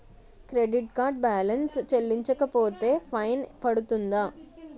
Credit card balance చెల్లించకపోతే fine పడ్తుంద?